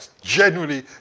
genuinely